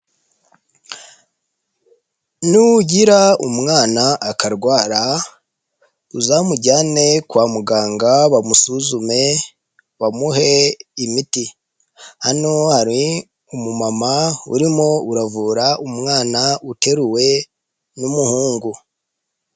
Nugira umwana akarwara, uzamujyane kwa muganga bamusuzume bamuhe imiti. Hano hari umumama urimo uravura umwana uteruwe n'umuhungu.